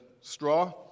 straw